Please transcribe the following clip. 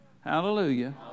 Hallelujah